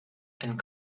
and